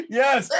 yes